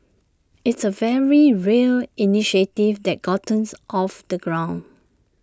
it's A very real initiative that gotten off the ground